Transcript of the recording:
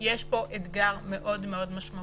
יש פה אתגר מאוד משמעותי.